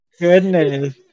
goodness